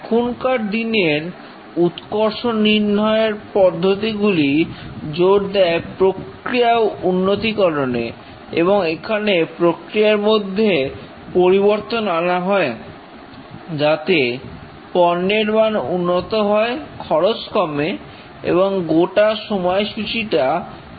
এখনকার দিনের উৎকর্ষ নির্ণয়ের পদ্ধতি গুলি জোর দেয় প্রক্রিয়া উন্নতিকরণে এবং এখানে প্রক্রিয়ার মধ্যে পরিবর্তন আনা হয় যাতে পণ্যের মান উন্নত হয় খরচ কমে এবং গোটা সময়সূচীটা ত্বরান্বিত হয়